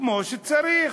כמו שצריך.